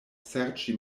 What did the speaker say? serĉi